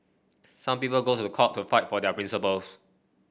some people go to the court to fight for about their principles